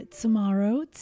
tomorrow